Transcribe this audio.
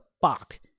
fuck